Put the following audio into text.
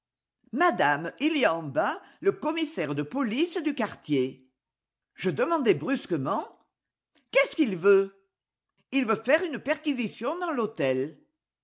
madame il y a en bas le commissaire de police du quartier je demandai brusquement qu'est-ce qu'il veut ii veut faire une perquisition dans l'hôtel